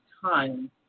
time